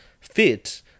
fit